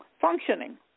functioning